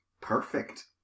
perfect